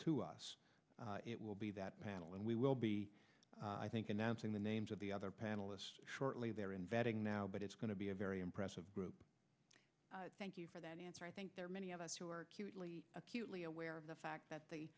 to us it will be that panel and we will be i think announcing the names of the other panelists shortly they're investing now but it's going to be a very impressive group thank you for that answer i think there are many of us who are acutely aware of the fact that the